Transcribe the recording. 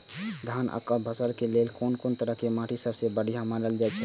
धान आ मक्का के फसल के लेल कुन तरह के माटी सबसे बढ़िया मानल जाऐत अछि?